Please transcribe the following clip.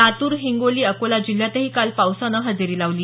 लातूर हिंगोली अकोला जिल्ह्यातही काल पावसानं हजेरी लावली